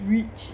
rich